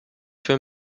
für